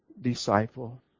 disciple